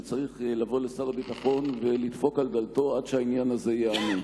וצריך לבוא לשר הביטחון ולדפוק על דלתו עד שהעניין הזה ייענה.